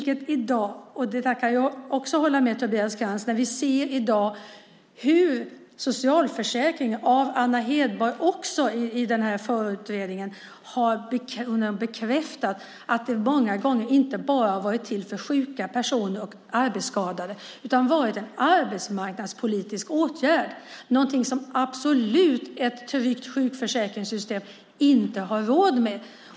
Jag kan hålla med Tobias Krantz. Anna Hedborg har i den här förutredningen bekräftat att socialförsäkringen många gånger inte bara har varit till för sjuka personer och arbetsskadade utan varit en arbetsmarknadspolitisk åtgärd. Det är något som ett tryggt sjukförsäkringssystem absolut inte har råd med.